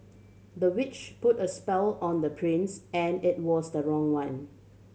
the witch put a spell on the prince and it was the wrong one